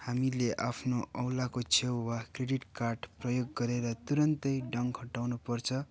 हामीले आफ्नो औँलाको छेउ वा क्रेडिट कार्ड प्रयोग गरेर तुरुन्तै डङ्क हटाउनु पर्छ